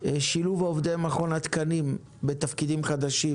שילוב עובדי מכון התקנים בתפקידים חדשים